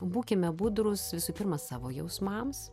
būkime budrūs visų pirma savo jausmams